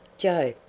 jove!